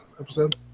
episode